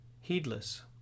heedless